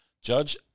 Judge